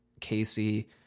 Casey